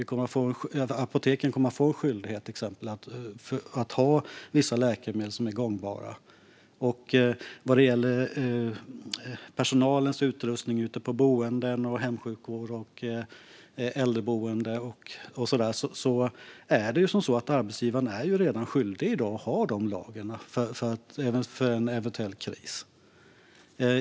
Apoteken kommer till exempel att få skyldighet att ha vissa läkemedel som är gångbara. Vad gäller personalens utrustning ute på boenden, i hemsjukvård, på äldreboenden och så vidare är arbetsgivaren redan i dag skyldig att ha lager även för en eventuell kris.